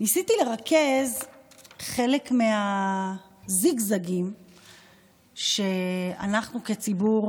ניסיתי לרכז חלק מהזיגזגים שאנחנו כציבור